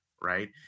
right